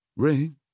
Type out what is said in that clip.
ring